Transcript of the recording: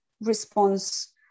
response